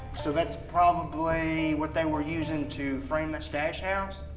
so that's probably what they were using to frame the stash house?